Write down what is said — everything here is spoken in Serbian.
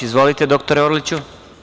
Izvolite, dr Orliću.